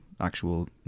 actual